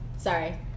Sorry